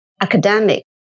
academic